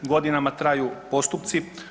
Godinama traju postupci.